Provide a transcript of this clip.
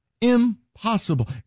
Impossible